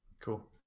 cool